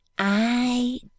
I